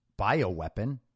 bioweapon